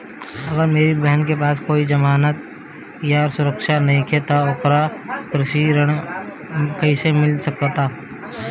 अगर मेरी बहन के पास कोई जमानत या सुरक्षा नईखे त ओकरा कृषि ऋण कईसे मिल सकता?